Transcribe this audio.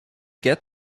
get